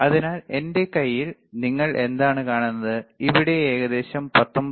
അതിനാൽ എന്റെ കൈയിൽ നിങ്ങൾ എന്താണ് കാണുന്നത് ഇവിടെ ഏകദേശം 19